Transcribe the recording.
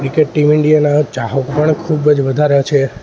cricket team ઈન્ડિયાના ચાહક પણ ખૂબ જ વધારે છે